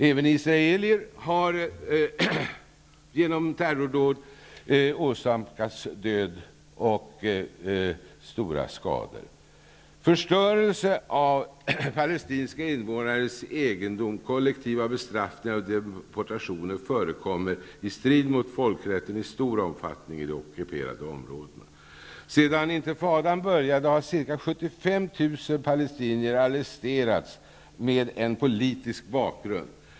Även israeler har genom terrordåd åsamkats död och stora skador. Förstörelse av palestinska invånares egendom, kollektiva bestraffningar och deportationer i strid med folkrätten förekommer i stor omfattning i de ockuperade områdena. Sedan intifadan började har ca 75 000 palestinier arresterats av politiska skäl.